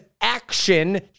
action